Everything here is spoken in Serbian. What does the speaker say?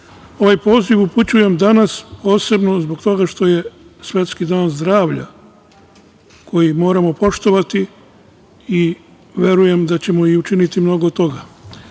hoće. Ovaj poziv upućujem danas posebno zbog toga što je svetski dan zdravlja koji moramo poštovati i verujemo da ćemo učiniti mnogo toga. Kad